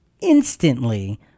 instantly